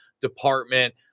department